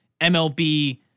MLB